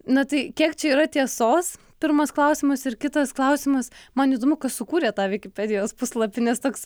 na tai kiek čia yra tiesos pirmas klausimas ir kitas klausimas man įdomu kas sukūrė tą vikipedijos puslapį nes toks